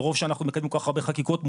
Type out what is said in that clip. מרוב שאנחנו מקדמים כל כך הרבה חקיקות מולם,